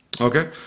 okay